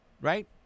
right